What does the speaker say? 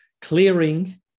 clearing